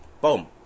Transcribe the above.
Boom